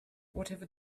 whatever